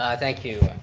ah thank you,